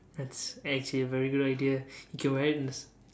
that's actually very good idea you can wear it in